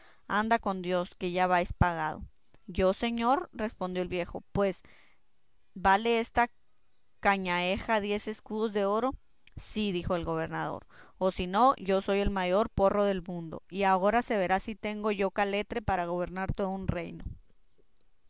andad con dios que ya vais pagado yo señor respondió el viejo pues vale esta cañaheja diez escudos de oro sí dijo el gobernador o si no yo soy el mayor porro del mundo y ahora se verá si tengo yo caletre para gobernar todo un reino